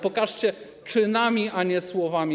Pokażcie czynami, a nie słowami.